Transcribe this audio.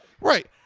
Right